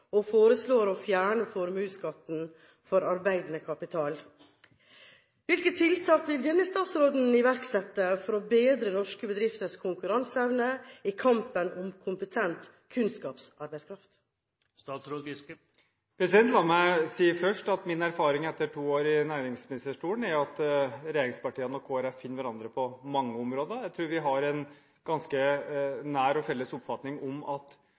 og foreslår å fjerne formuesskatten på arbeidende kapital. Hvilke tiltak vil denne statsråden iverksette for å bedre norske bedrifters konkurranseevne i kampen om kompetent kunnskapsarbeidskraft? La meg si først at min erfaring etter to år i næringsministerstolen er at regjeringspartiene og Kristelig Folkeparti finner hverandre på mange områder. Jeg tror vi har en ganske nær og felles oppfatning om at